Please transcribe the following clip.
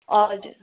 हजुर